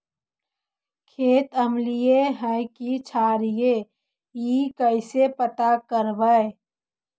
खेत अमलिए है कि क्षारिए इ कैसे पता करबै?